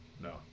No